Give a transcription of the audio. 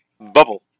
Bubble